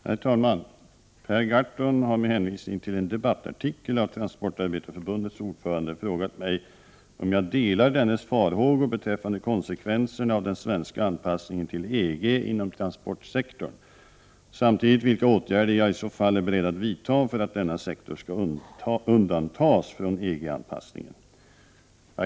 Herr talman! Per Gahrton har med hänvisning till en debattartikel av Transportarbetareförbundets ordförande frågat mig om jag delar dennes farhågor beträffande konsekvenserna av den svenska anpassningen till EG inom transportsektorn samt vilka åtgärder jag i så fall är beredd att vidta för att denna sektor skall undantas från EG-anpassningen.